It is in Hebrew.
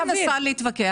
אני לא מנסה להתווכח.